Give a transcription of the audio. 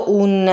un